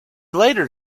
later